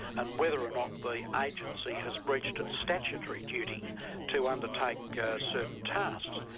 and whether or not the agency has breached its statutory duty to undertake certain tasks.